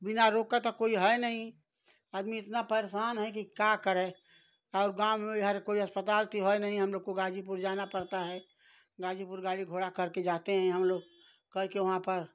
बिना रोग का तो कोई है नहीं आदमी इतना परेशान हैं कि का करे और गाँव में इधर कोई अस्पताल तो है नहीं हम लोग को गाजीपुर जाना पड़ता है गाजीपुर गाड़ी घोड़ा कर के जाते हैं हम लोग कई के वहाँ पर